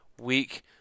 week